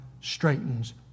straightens